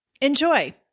Enjoy